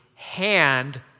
hand